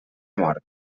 mort